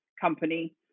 company